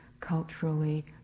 culturally